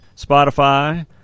Spotify